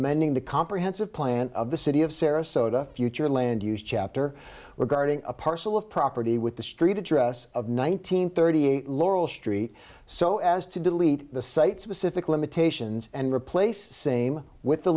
amending the comprehensive plan of the city of sarasota future land use chapter were guarding a parcel of property with the street address of nineteen thirty eight laurel street so as to delete the site specific limitations and replace same with the